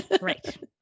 right